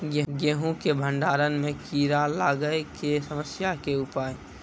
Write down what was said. गेहूँ के भंडारण मे कीड़ा लागय के समस्या के उपाय?